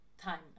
time